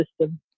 system